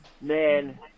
man